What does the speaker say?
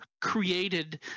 created